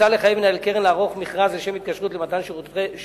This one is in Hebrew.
מוצע לחייב מנהל קרן לערוך מכרז לשם התקשרות למתן שירותי